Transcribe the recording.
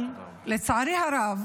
אבל לצערי הרב